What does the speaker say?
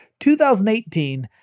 2018